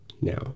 now